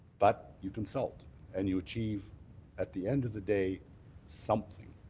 but you consult and you achieve at the end of the day something.